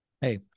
Hey